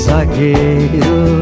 Zagueiro